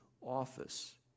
office